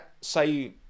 say